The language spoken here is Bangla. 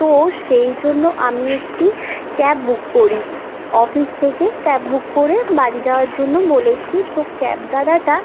তো সেই জন্য আমি একটি ক্যাব বুক করি অফিস থেকে ক্যাব বুক করে বাড়ি যাওয়ার জন্য বলেছি তো ক্যাব দাদাটা